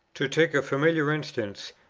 to take a familiar instance,